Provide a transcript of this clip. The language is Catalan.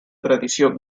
tradició